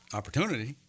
opportunity